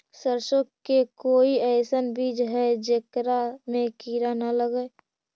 सरसों के कोई एइसन बिज है जेकरा में किड़ा न लगे?